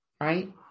right